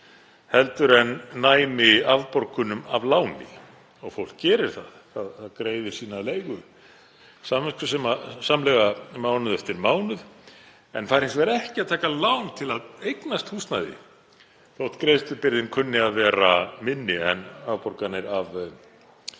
leigu en næmi afborgunum af láni. Fólk gerir það, það greiðir sína leigu, samviskusamlega mánuð eftir mánuð, en fær hins vegar ekki að taka lán til að eignast húsnæði þótt greiðslubyrðin kunni að vera minni en leiguverðið.